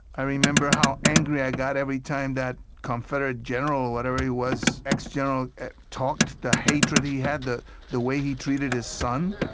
i remember how angry i got every time that confederate general, whatever he was, ex-general, talked the hatred he had, the the way he treated his son